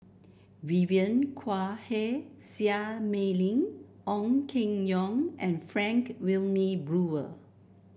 Vivien Quahe Seah Mei Lin Ong Keng Yong and Frank Wilmin Brewer